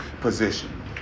position